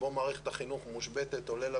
מערכת החינוך היא עוגן של יציבות במדינת ישראל.